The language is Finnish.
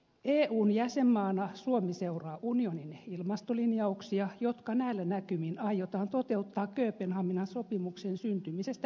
eun jäsenmaana suomi seuraa unionin ilmastolinjauksia jotka näillä näkymin aiotaan toteuttaa kööpenhaminan sopimuksen syntymisestä riippumatta